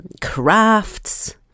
crafts